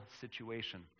situation